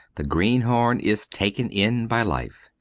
the greenhorn is taken in by life.